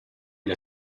gli